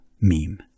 meme